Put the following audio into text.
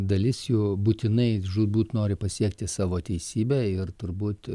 dalis jų būtinai žūtbūt nori pasiekti savo teisybę ir turbūt